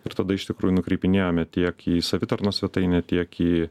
ir tada iš tikrųjų nukreipinėjome tiek į savitarnos svetainę tiek į